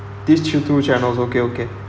these two two channels okay okay